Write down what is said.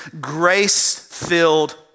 grace-filled